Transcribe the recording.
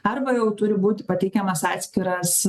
arba jau turi būti pateikiamas atskiras